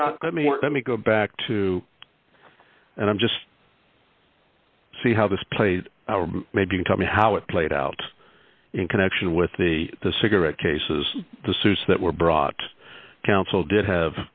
not let me go back to and i'm just see how this plays out maybe tell me how it played out in connection with the cigarette cases the suits that were brought council did have